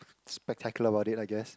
spectacular about it I guess